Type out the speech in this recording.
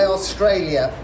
Australia